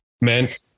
meant